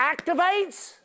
activates